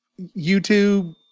YouTube